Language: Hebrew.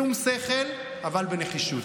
בשׂום שכל אבל בנחישות.